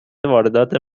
واردات